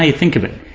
ah think of it.